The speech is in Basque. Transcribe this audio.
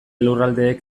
lurraldeek